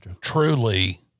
truly